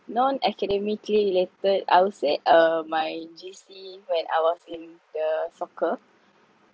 non academically related I'll say uh my J_C when I was in the soccer